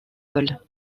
ball